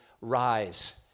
rise